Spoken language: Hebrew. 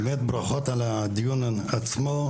באמת ברכות על הדיון עצמו.